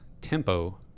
tempo